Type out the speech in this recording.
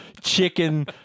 Chicken